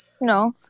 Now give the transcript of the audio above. No